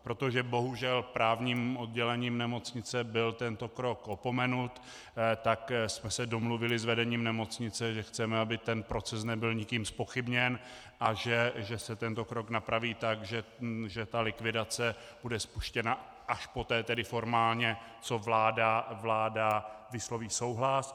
Protože bohužel právním oddělením nemocnice byl tento krok opomenut, tak jsme se domluvili s vedením nemocnice, že chceme, aby ten proces nebyl nikým zpochybněn a že se tento krok napraví tak, že likvidace bude spuštěna až poté, tedy formálně, co vláda vysloví souhlas.